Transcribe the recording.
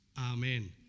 Amen